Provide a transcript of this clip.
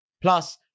Plus